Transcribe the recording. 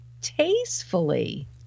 tastefully